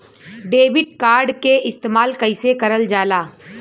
Debit card के इस्तेमाल कइसे करल जाला?